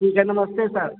ठीक है नमस्ते सर